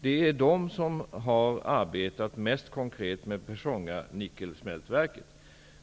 De har arbetat mest konkret med Pechonga-nickelsmältverket.